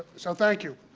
so thank you.